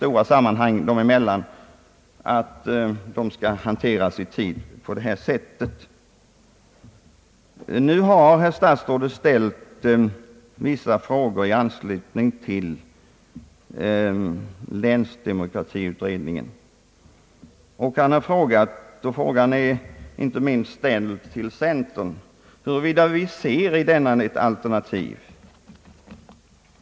Statsrådet Lundkvist har ställt vissa frågor i anslutning till den nedan åberopade länsdemokratiutredningen. Han har frågat främst centerns representanter om vi anser att denna utredning kan innebära ett alternativ.